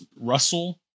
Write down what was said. russell